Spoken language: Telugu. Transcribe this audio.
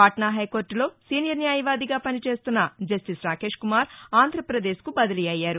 పాట్నా హైకోర్టులో సీనియర్ న్యాయవాదిగా పనిచేస్తున్న జస్టిస్ రాకేష్ కుమార్ ఆంధ్రప్రదేశ్కు బదిలీ అయ్యారు